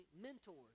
mentors